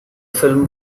film